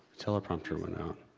teleprompter went out.